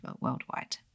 worldwide